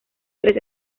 tres